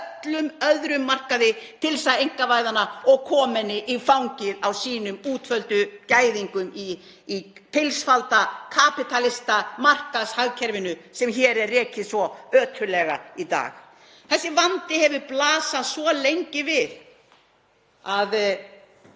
öllum öðrum markaði til þess að einkavæða hana og koma henni í fangið á sínum útvöldu gæðingum í pilsfaldakapítalismamarkaðshagkerfinu sem hér er rekið svo ötullega í dag? Þessi vandi hefur blasað svo lengi við að